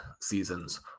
seasons